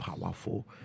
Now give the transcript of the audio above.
powerful